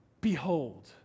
Behold